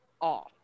off